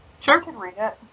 Sure